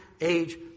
age